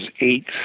eight